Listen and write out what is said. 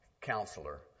Counselor